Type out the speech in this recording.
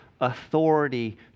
authority